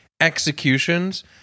executions